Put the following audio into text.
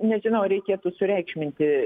nežinau ar reikėtų sureikšminti